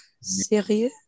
sérieux